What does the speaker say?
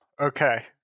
Okay